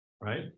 right